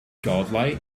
godlike